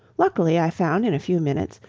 luckily i found, in a few minutes,